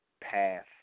path